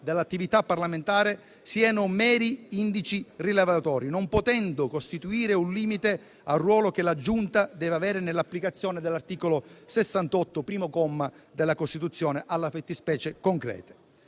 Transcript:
dell'attività parlamentare siano meri indici rilevatori, non potendo costituire un limite al ruolo che la Giunta deve avere nell'applicazione dell'articolo 68, primo comma, della Costituzione, alla fattispecie concreta.